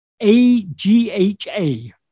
A-G-H-A